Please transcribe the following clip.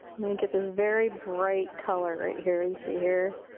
i'm gonna get this very bright color here. you see here.